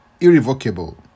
Irrevocable